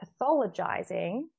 pathologizing